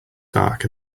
dark